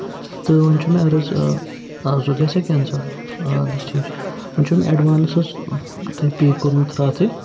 تہٕ وۄنۍ چھُ مےٚ عرض حظ آ سُہ گژھِ ہا کینسَل اَدٕ حظ ٹھیٖک چھُ وۄنۍ چھُو مےٚ اٮ۪ڈوانٕس حظ تۄہہِ پے کوٚرمُت راتھٕے